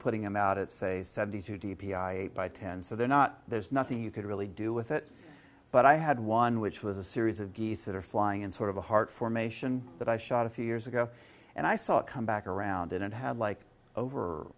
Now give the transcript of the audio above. putting him out it's a seventy two d p i by ten so they're not there's nothing you could really do with it but i had one which was a series of geese that are flying in sort of a heart formation that i shot a few years ago and i saw it come back around and it had like over